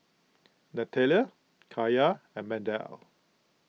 Natalie Kaya and Mardell